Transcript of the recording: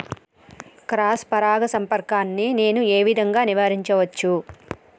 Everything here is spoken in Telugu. క్రాస్ పరాగ సంపర్కాన్ని నేను ఏ విధంగా నివారించచ్చు?